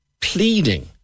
pleading